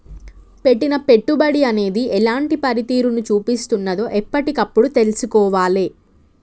పెట్టిన పెట్టుబడి అనేది ఎలాంటి పనితీరును చూపిస్తున్నదో ఎప్పటికప్పుడు తెల్సుకోవాలే